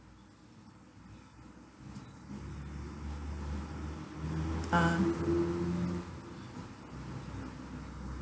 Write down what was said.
(uh huh)